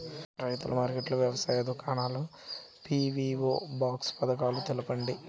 రైతుల మార్కెట్లు, వ్యవసాయ దుకాణాలు, పీ.వీ.ఓ బాక్స్ పథకాలు తెలుపండి?